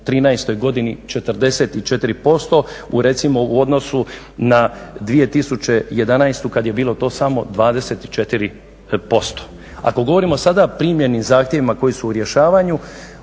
'13. godini 44% u recimo u odnosu na 2011. kada je bilo to samo 24%. Ako govorimo sada o primljenim zahtjevima koji su u rješavanju